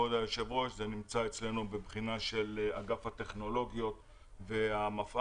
זה נמצא אצלנו בבחינה של אגף הטכנולוגיות והמפא"ט,